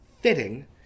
fitting